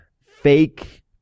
fake